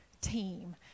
team